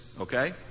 okay